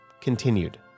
continued